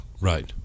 right